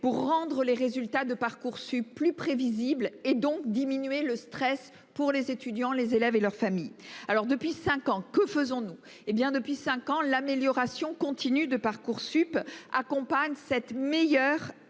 pour rendre les résultats de Parcoursup plus prévisibles et donc diminuer le stress pour les étudiants, les élèves et leurs familles. Alors depuis 5 ans, que faisons-nous. Eh bien depuis 5 ans l'amélioration continue de Parcoursup accompagne cette meilleure